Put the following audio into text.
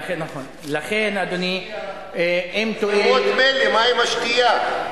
מה עם השתייה?